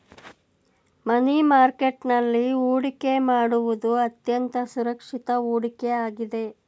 ಮನಿ market ನಲ್ಲಿ ಹೊಡಿಕೆ ಮಾಡುವುದು ಅತ್ಯಂತ ಸುರಕ್ಷಿತ ಹೂಡಿಕೆ ಆಗಿದೆ